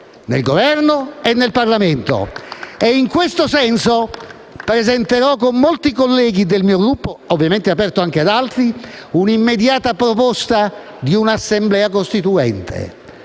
M, Id, E-E, MPL)).* E in questo senso presenterò con molti colleghi del mio Gruppo (ovviamente aperta anche ad altri) l'immediata proposta di un'Assemblea costituente,